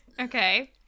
okay